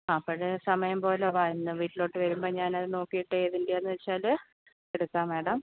ആ അപ്പഴ് സമയം പോലെ വാ എന്നാൽ വീട്ടിലോട്ട് വരുമ്പോൾ ഞാനത് നോക്കിയിട്ട് ഏതിൻ്റെയാണെന്ന് വെച്ചാൽ എടുക്കാം മേടം